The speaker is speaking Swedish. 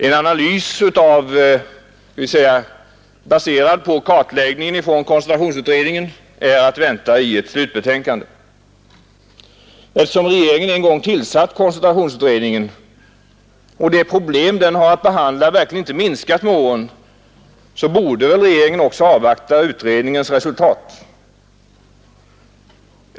En analys, baserad på denna kartläggning från koncentrationsutredningen, är att vänta i ett slutbetänkande. Eftersom regeringen en gång tillsatt koncentrationsutredningen och då de problem den har att behandla verkligen inte minskat med åren, borde väl regeringen också avvakta utredningens resultat.